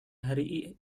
hari